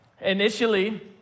initially